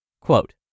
Quote